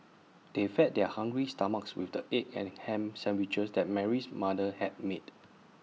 they fed their hungry stomachs with the egg and Ham Sandwiches that Mary's mother had made